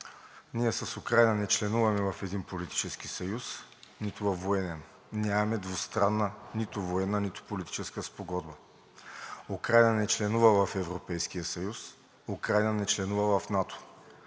ние с Украйна не членуваме в един политически съюз, нито във военен. Нямаме двустранна нито военна, нито политическа спогодба. Украйна не членува в Европейския съюз. Украйна не членува в НАТО.